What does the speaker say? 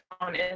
on